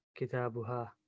Kitabuha